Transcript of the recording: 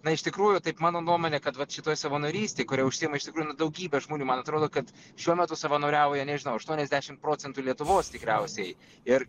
na iš tikrųjų taip mano nuomone kad vat šitoj savanorystėj kuria užsiima iš tikrųjų nu daugybė žmonių man atrodo kad šiuo metu savanoriauja nežinau aštuoniasdešimt procentų lietuvos tikriausiai ir